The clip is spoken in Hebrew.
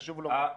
חשוב לומר.